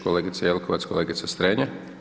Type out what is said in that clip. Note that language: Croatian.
Kolegice Jelkovac, kolegica Strenja?